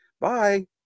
bye